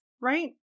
Right